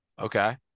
Okay